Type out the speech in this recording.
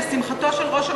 לשמחתו של ראש הממשלה,